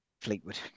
Fleetwood